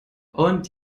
und